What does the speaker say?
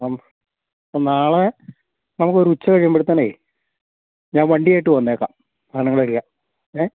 അപ്പോള് അപ്പോള് നാളെ നമുക്കൊരു ഉച്ച കഴിയുമ്പോഴത്തേനെ ഞാൻ വണ്ടിയുമായിട്ടു വന്നേക്കാം സാധനങ്ങളെടുക്കാൻ ഏ